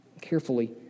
carefully